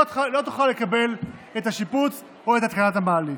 לא תוכל לקבל את השיפוץ או את התקנת המעלית.